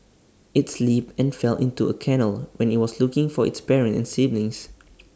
IT slipped and fell into A canal when IT was looking for its parents and siblings